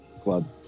club